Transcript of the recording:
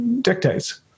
dictates